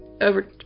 over